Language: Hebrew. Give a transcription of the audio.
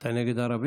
עד חמש